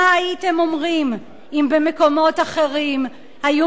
מה הייתם אומרים אם במקומות אחרים היו